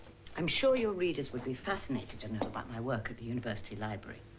i'm sure your readers would be fascinated to know about my work at the university library.